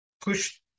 push